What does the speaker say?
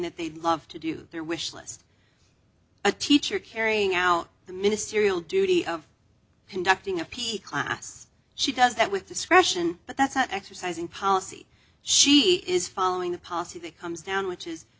they'd love to do there wishlist a teacher carrying out the ministerial duty of conducting a peak class she does that with discretion but that's not exercising policy she is following the policy that comes down which is